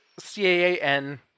CAAN